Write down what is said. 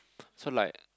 so like